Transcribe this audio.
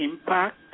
impact